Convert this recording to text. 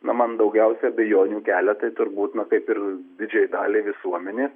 na man daugiausiai abejonių kelia tai turbūt na kaip ir didžiajai daliai visuomenės